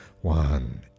one